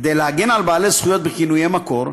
כדי להגן על בעלי זכויות בכינויי מקור,